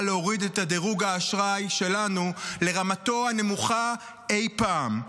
להוריד את דירוג האשראי שלנו לרמתו הנמוכה אי פעם.